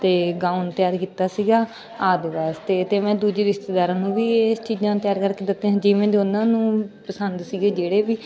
ਅਤੇ ਗਾਊਨ ਤਿਆਰ ਕੀਤਾ ਸੀਗਾ ਆਪਦੇ ਵਾਸਤੇ ਅਤੇ ਮੈਂ ਦੂਜੇ ਰਿਸ਼ਤੇਦਾਰਾਂ ਨੂੰ ਵੀ ਇਹ ਚੀਜ਼ਾਂ ਤਿਆਰ ਕਰਕੇ ਦਿੱਤੀਆਂ ਜਿਵੇਂ ਦੇ ਉਹਨਾਂ ਨੂੰ ਪਸੰਦ ਸੀਗੇ ਜਿਹੜੇ ਵੀ